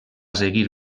seguir